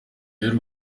y’u